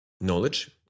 Knowledge